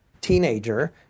teenager